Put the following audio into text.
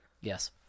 Yes